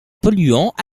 polluants